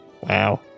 Wow